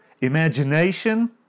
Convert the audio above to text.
imagination